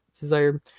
desired